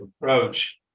approach